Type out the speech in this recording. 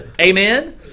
Amen